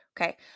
Okay